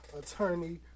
attorney